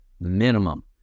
minimum